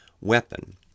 weapon